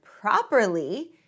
properly